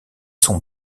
son